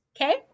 okay